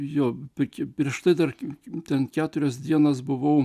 jo pliki pirštai tarkim ten keturias dienas buvau